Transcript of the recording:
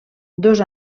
dos